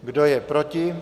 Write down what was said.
Kdo je proti?